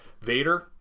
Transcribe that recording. Vader